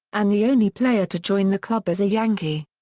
and the only player to join the club as a yankee.